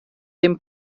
dem